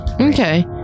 okay